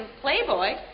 Playboy